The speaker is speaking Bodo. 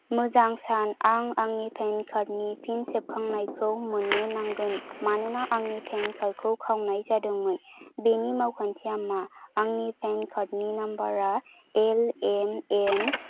मोजां सान आं आंनि पैन कार्ड नि फिन सेबखांनायखौ मोन्नो नांगोन मानोना आंनि पेन कार्ड खौ खावनाय जादोंमोन बेनि मावखान्थिया मा आंनि पैन कार्ड नि नम्बर आ एलएमएन